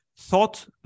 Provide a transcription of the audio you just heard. thought